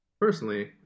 Personally